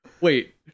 wait